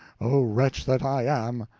oh, wretch that i am!